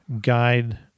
guide